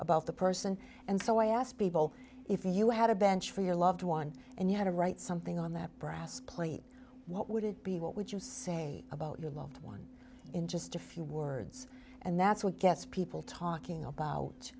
about the person and so i asked people if you had a bench for your loved one and you had to write something on that brass plate what would it be what would you say about your loved one in just a few words and that's what gets people talking about